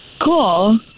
Cool